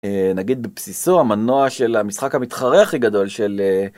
נגיד בבסיסו המנוע של המשחק המתחרה הכי גדול של.